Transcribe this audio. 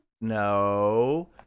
No